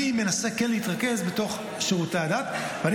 אני מנסה כן להתרכז בשירותי הדת ואני